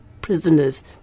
prisoners